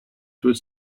was